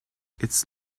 its